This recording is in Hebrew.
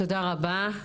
תודה רבה.